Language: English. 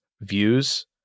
views